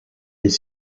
les